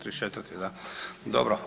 34. da, dobro.